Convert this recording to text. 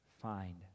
find